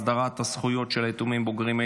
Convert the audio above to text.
הסדרת הזכויות של יתומים בוגרים),